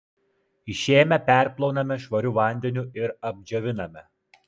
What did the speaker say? išėmę perplauname švariu vandeniu ir apdžioviname